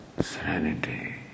serenity